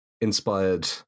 inspired